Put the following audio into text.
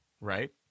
right